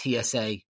TSA